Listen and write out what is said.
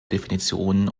definitionen